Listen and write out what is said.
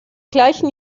gleichen